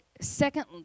Second